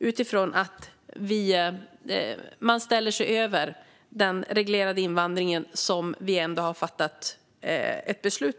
Kommunerna sätter sig över det beslut om reglerad invandring som vi har fattat.